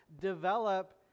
develop